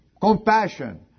Compassion